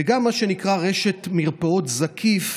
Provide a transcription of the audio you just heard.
וגם, מה שנקרא, רשת מרפאות זקיף,